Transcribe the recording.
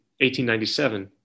1897